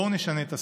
בואו נשנה את השיח.